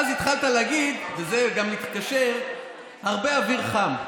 אבל אז התחלת להגיד, וזה גם מתקשר: הרבה אוויר חם.